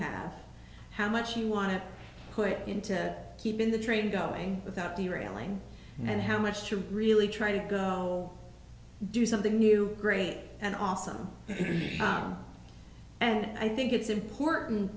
have how much you want to put into keeping the train going without the railing and how much to really try to go do something new great and awesome and i think it's important